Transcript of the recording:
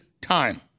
time